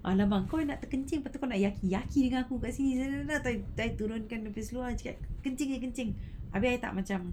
!alamak! kau nak terkencing lepas tu kau nak yucky yucky dengan aku kat sini saya I turunkan lepas tu aku cakap kencing ah kencing habis I tak macam